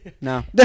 no